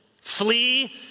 flee